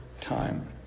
time